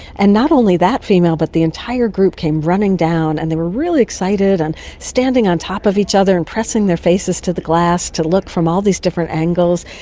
and not only that female but the entire group came running down and they were really excited and standing on top of each other and pressing their faces to the glass to look from all these different angles.